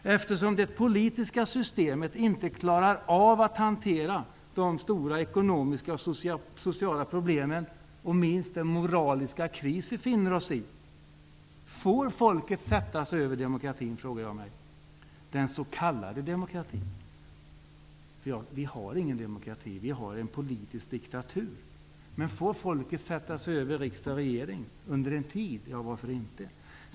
I en situation när det politiska systemet inte klarar av att hantera de stora ekonomiska och sociala problemen, inte minst den moraliska kris vi befinner oss i, får folket då sätta sig över demokratin, den s.k. demokratin? Vi har ingen demokrati. Vi har en politisk diktatur. Får folket sätta sig över riksdag och regering under en tid? Ja, varför inte?